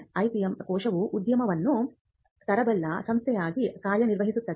IPM ಕೋಶವು ಉದ್ಯಮವನ್ನು ತರಬಲ್ಲ ಸಂಸ್ಥೆಯಾಗಿ ಕಾರ್ಯನಿರ್ವಹಿಸುತ್ತದೆ